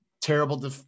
terrible